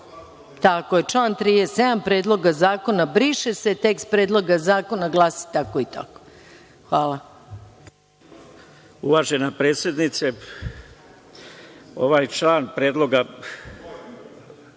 salu. Član 37. Predloga zakona, briše se, tekst Predloga zakona glasi tako i tako. Hvala.